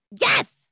Yes